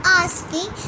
asking